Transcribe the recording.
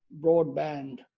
broadband